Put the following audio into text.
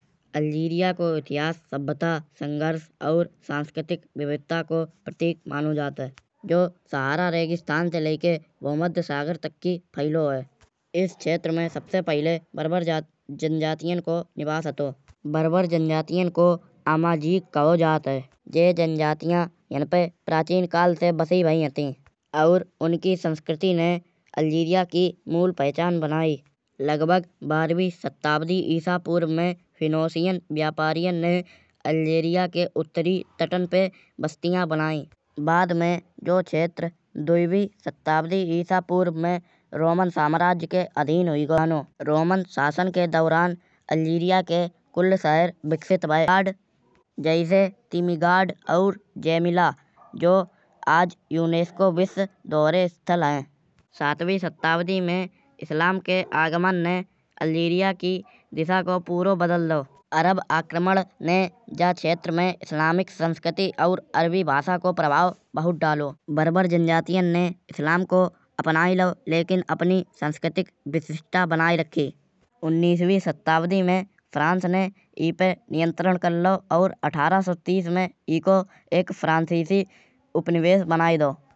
अल्जीरिया को इतिहास सभ्यता संघर्ष और सांस्कृतिक विविधता को प्रतीक मानो जात है। जो सहारा रेगिस्तान से लाई के भू मध्य सागर तक की फैलो है। इस क्षेत्र में सबसे पहिले परवर ज़नजातीयां को निवास हतो। बारवर जनजातीयां को अमजीक कहो जात है। जे जनजातिया यहाँ प्र प्राचीन काल से बसी भाई हती। और उनकी संस्कृति ने अल्जीरिया की मूल पहचान बनाई। लगभग बारहवी सदी ईसा पूर्व में फोनीसीयन व्यापारीयन ने अल्जीरिया के उत्तरी तटान पे बस्तियां बनाई। बाद में जौ क्षेत्र द्वीबी सदी ईसा पूर्व में रोमन साम्राज्य के अधीन हुई गाओ। रोमन शासन के दौरान अल्जीरिया के कुल्ल सहर विकसित भाये। जैसे टिमिगाड और जेमिला जो आज युनेश्को को विश्व धरोहर स्थल है। सातवी सदी में इस्लाम के आगमन ने अल्जीरिया की दिशा को पूरो बदल दाओ। अरब आक्रमण ने ज क्षेत्र में इस्लामिक संस्कृति और अरबी भाषा को प्रभाव बहोत डालो। बारबर जनजातीयां ने इस्लाम को अपनाये लाओ। लेकिन अपनी सांस्कृतिक विशेषता बनाई रखी। उन्नीसवी सदी में फ्रांस ने इसेप नियंत्रण कर लाओ। और अठारह सौ तैस में एको फ्रांसीसी उपनिवेश बनाये दाओ।